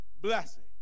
blessing